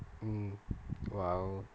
mm !wow!